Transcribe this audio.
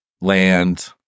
land